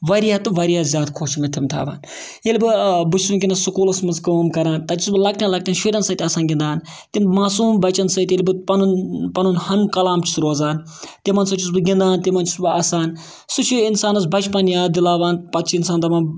واریاہ تہٕ واریاہ زیادٕ خۄش چھِ مےٚ تِم تھاوان ییٚلہِ بہٕ بہٕ چھُس وٕنۍکٮ۪نَس سکوٗلَس منٛز کٲم کَران تَتہِ چھُس بہٕ لۄکٹٮ۪ن لۄکٹٮ۪ن شُرٮ۪ن سۭتۍ آسان گِںٛدان تِم ماسوٗم بَچَن سۭتۍ ییٚلہِ بہٕ پَنُن پَنُن ہَم کلام چھُس روزان تِمَن سۭتۍ چھُس بہٕ گِںٛدان تِمَن چھُس بہٕ اَسان سُہ چھِ اِنسانَس بَچپَن یاد دِلاوان پَتہٕ چھِ اِنسان دَپان